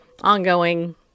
ongoing